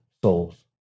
Souls